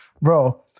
bro